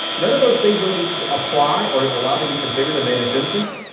none of those things really apply or allowed to be configured a managed instance,